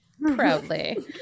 proudly